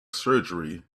surgery